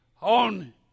on